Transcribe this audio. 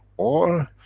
or,